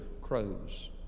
crows